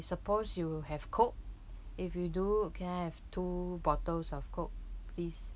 suppose you have coke if you do can I have two bottles of coke please